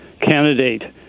candidate